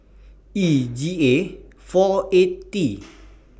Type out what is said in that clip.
E G A four eight T